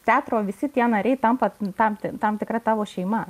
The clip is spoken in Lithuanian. teatro visi tie nariai tampa tam tam tikra tavo šeima